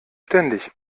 ständig